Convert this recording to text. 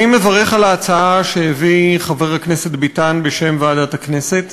אני מברך על ההצעה שהביא חבר הכנסת ביטן בשם ועדת הכנסת.